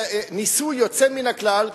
ניסוי יוצא מן הכלל,